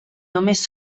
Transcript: només